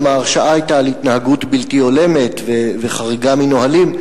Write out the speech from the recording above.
גם ההרשעה היתה על התנהגות בלתי הולמת וחריגה מנהלים.